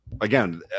Again